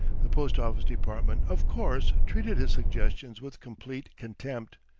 the post-office department, of course, treated his suggestions with complete contempt.